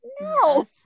no